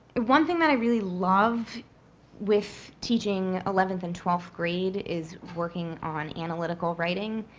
one thing that i really love with teaching eleventh and twelfth grade is working on analytical writing,